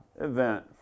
event